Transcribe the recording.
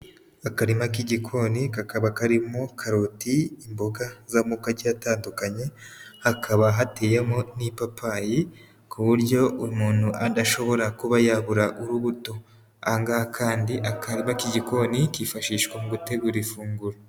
Akarima k'igikoni kakaba karimo karoti, imboga z'amoko agiye atandukanye, hakaba hateyemo n'ipapayi ku buryo umuntu adashobora kuba yabura urubuto. Aha ngaha kandi akarima k'igikoni kifashishwa mu gutegura ifunguro.